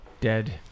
Dead